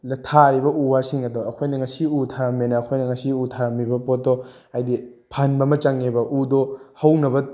ꯊꯥꯔꯤꯕ ꯎ ꯋꯥꯁꯤꯡ ꯑꯗꯣ ꯑꯩꯈꯣꯏꯅ ꯉꯁꯤ ꯎ ꯊꯥꯔꯝꯃꯦꯅ ꯑꯩꯈꯣꯏꯅ ꯉꯁꯤ ꯎ ꯊꯥꯔꯛꯃꯤꯕ ꯄꯣꯠꯇꯣ ꯍꯥꯏꯗꯤ ꯐꯍꯟꯕ ꯑꯃ ꯆꯪꯉꯦꯕ ꯎꯗꯣ ꯍꯧꯅꯕ